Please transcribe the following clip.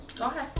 Okay